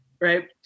right